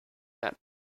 that